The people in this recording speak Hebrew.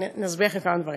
נסביר לכם כמה דברים.